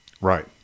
right